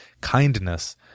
Kindness